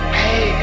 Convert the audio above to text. hey